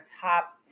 top